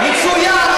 מצוין,